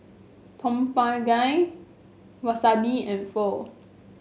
Tom Kha Gai Wasabi and Pho